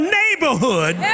neighborhood